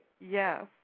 Yes